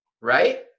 Right